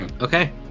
Okay